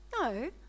No